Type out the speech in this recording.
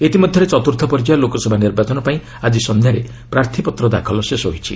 ଇତିମଧ୍ୟରେ ଚତ୍ରର୍ଥ ପର୍ଯ୍ୟାୟ ଲୋକସଭା ନିର୍ବାଚନ ପାଇଁ ଆଜି ସନ୍ଧ୍ୟାରେ ପ୍ରାର୍ଥୀପତ୍ର ଦାଖଲ ଶେଷ ହୋଇଛି